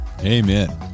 Amen